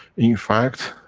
in fact,